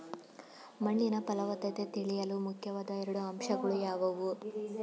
ಮಣ್ಣಿನ ಫಲವತ್ತತೆ ತಿಳಿಯಲು ಮುಖ್ಯವಾದ ಎರಡು ಅಂಶಗಳು ಯಾವುವು?